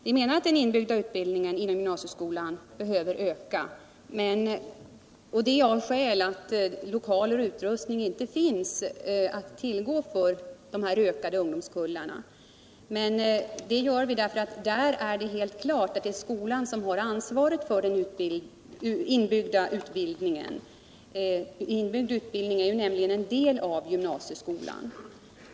Vi menar att den inbyggda utbildningen i gymnasieskolan behöver öka, och det av det skälet att lokaler och utrustning inte finns att tillgå för de ökande ungdomskullarna. Det står helt klart att det är skolan som har ansvaret för den inbyggda utbildningen. Inbyggd utbildning är nämligen en del av gymnasieskolan.